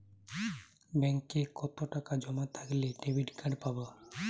ব্যাঙ্কে কতটাকা জমা থাকলে ডেবিটকার্ড পাব?